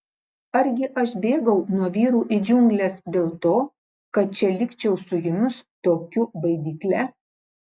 argi aš bėgau nuo vyrų į džiungles dėl to kad čia likčiau su jumis tokiu baidykle